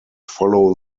follow